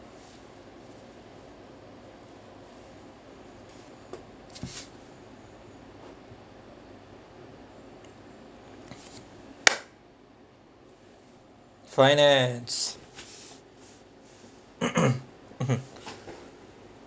finance